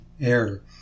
air